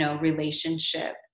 relationship